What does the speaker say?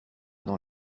dans